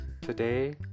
Today